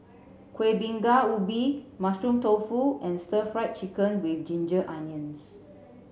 Kueh Bingka Ubi Mushroom Tofu and Stir Fried Chicken with Ginger Onions